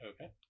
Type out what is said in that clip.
Okay